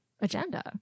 agenda